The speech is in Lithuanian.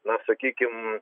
na sakykim